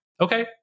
Okay